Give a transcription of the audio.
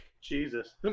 Jesus